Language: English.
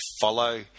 follow